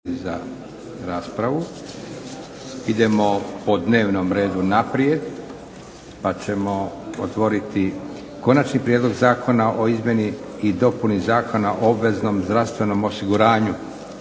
(SDP)** Idemo po dnevnom redu naprijed pa ćemo otvoriti - Konačni prijedlog zakona o izmjeni i dopuni Zakona o obveznom zdravstvenom osiguranju,